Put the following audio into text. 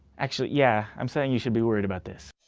actually, yeah, i'm saying you should be worried about this.